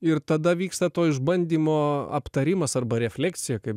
ir tada vyksta to išbandymo aptarimas arba refleksija kaip